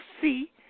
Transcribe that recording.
See